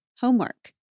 homework